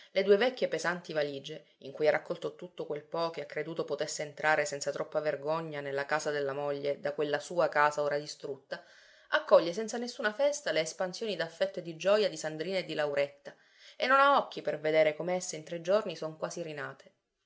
le due vecchie pesanti valige in cui ha raccolto tutto quel po che ha creduto potesse entrare senza troppa vergogna nella casa della moglie da quella sua casa ora distrutta accoglie senza nessuna festa le espansioni d'affetto e di gioja di sandrina e di lauretta e non ha occhi per vedere com'esse in tre giorni son quasi rinate